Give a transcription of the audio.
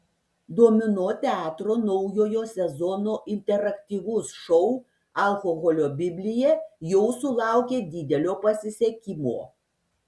domino teatro naujojo sezono interaktyvus šou alkoholio biblija jau sulaukė didelio pasisekimo